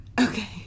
Okay